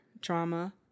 trauma